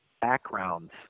backgrounds